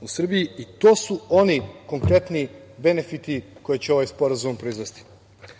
u Srbiji. To su oni konkretni benefiti koje će ovaj sporazum proizvesti. Naravno,